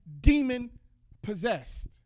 demon-possessed